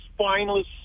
spineless